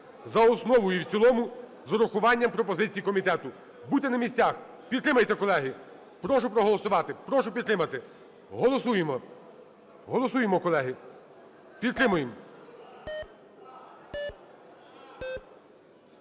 за основу і в цілому з урахуванням пропозицій комітету. Будьте на місцях, підтримайте, колеги. Прошу проголосувати, прошу підтримати! Голосуємо, колеги, підтримуємо.